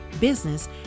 business